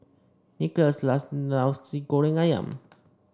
Nickolas loves Nasi Goreng ayam